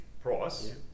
price